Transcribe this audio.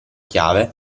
chiave